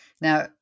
now